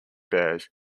bears